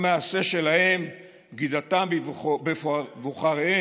המעשה שלהם, בגידתם בבוחריהם,